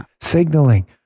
signaling